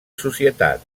societat